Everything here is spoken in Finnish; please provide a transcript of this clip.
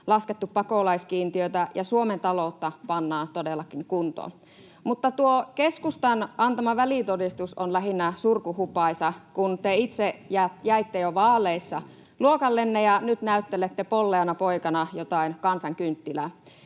laskettu pakolaiskiintiötä ja Suomen taloutta pannaan todellakin kuntoon. Mutta tuo keskustan antama välitodistus on lähinnä surkuhupaisa, kun te itse jäitte jo vaaleissa luokallenne ja nyt näyttelette polleana poikana jotain kansankynttilää.